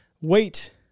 wait